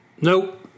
Nope